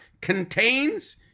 contains